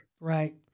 Right